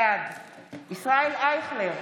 בעד ישראל אייכלר,